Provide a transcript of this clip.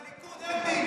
ובליכוד אין דילים.